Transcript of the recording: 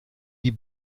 die